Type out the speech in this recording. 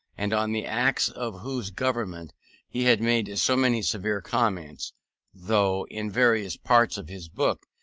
and on the acts of whose government he had made so many severe comments though, in various parts of his book,